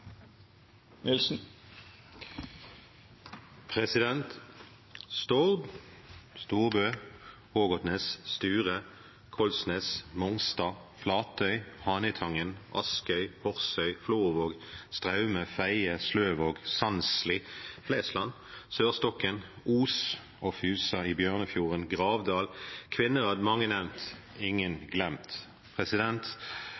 Ågotnes, Sture, Kollsnes, Mongstad, Flatøy, Hanøytangen, Askøy, Porsøy, Florvåg, Straume, Fedje, Sløvåg, Sandsli, Flesland, Sørstokken, Os og Fusa i Bjørnafjorden, Gravdal, Kvinnherad – mange er nevnt,